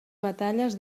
batalles